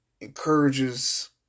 Encourages